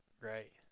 Right